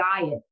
diet